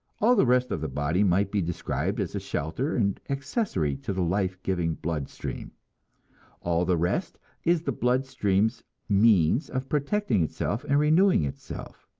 all the rest of the body might be described as a shelter and accessory to the life-giving blood-stream all the rest is the blood-stream's means of protecting itself and renewing itself.